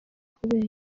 kubeshya